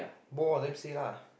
both of them say lah